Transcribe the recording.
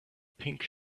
pink